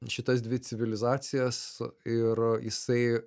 šitas dvi civilizacijas ir jisai